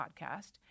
podcast